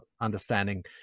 understanding